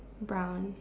brown